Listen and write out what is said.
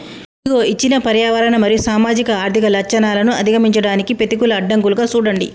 ఇదిగో ఇచ్చిన పర్యావరణ మరియు సామాజిక ఆర్థిక లచ్చణాలను అధిగమించడానికి పెతికూల అడ్డంకులుగా సూడండి